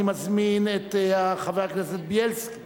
אני מזמין את חבר הכנסת זאב בילסקי